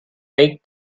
make